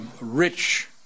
rich